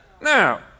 Now